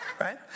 Right